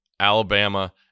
Alabama